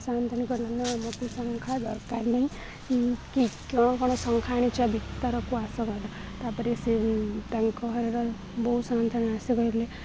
ସାନ୍ଥାନିକ ନାନ ବହୁତ ସଂଖ୍ୟା ଦରକାର ନାହିଁ କି କଣ କଣ ସଂଖ୍ୟା ଆଣିଚ ଭ ତାରକୁ ଆସଗଲା ତାପରେ ସେ ତାଙ୍କ ଘରର ବହୁତ ସାନ୍ଥାନ ଆସି କିଲେ